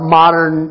modern